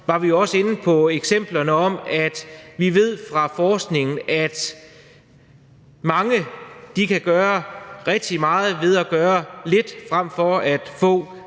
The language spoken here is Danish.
var vi også inde på eksemplerne om, at vi ved fra forskningen, at mange kan gøre rigtig meget ved at gøre lidt, frem for at få